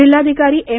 जिल्हाधिकारी एम